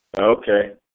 Okay